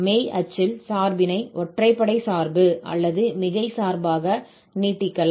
மெய் அச்சில் சார்பினை ஒற்றைப்படை சார்பு அல்லது மிகை சார்பாக நீட்டிக்கலாம்